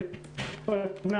כפי שדנו בתקופה